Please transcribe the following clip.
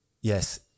yes